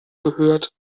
gehört